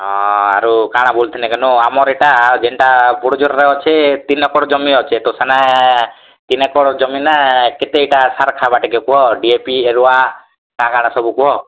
ହଁ ଆରୁ କାଣା ବୋଲୁଥିଲି କେନ ଆମର୍ ଇଟା ଜେଣ୍ଟା ବଡ଼ ଝରୋରେ ଅଛେ ତିନ ଏକଡ଼୍ ଜମି ଅଛେ ତିନି ଏକଡ଼୍ ଜମି ଅଛେ ତ ସେନେ ତିନ ଏକଡ଼୍ ଜମି ନେ କେତେ ଇଟା ସାର ଖାଇବା ଟିକେ କୁହ ଡିଏପି ୟୁରିଆ କାଣା କାଣା ସବୁ କୁହ